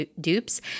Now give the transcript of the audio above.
dupes